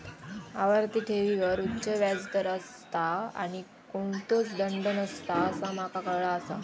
आवर्ती ठेवींवर उच्च व्याज दर असता आणि कोणतोच दंड नसता असा माका काळाला आसा